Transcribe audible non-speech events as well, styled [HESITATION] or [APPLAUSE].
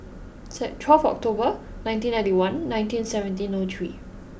[HESITATION] twelve October nineteen ninety one nineteen seventeen O three